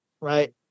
right